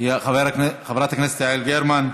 חברת הכנסת יעל גרמן,